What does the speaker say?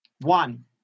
One